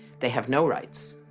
they have no rights.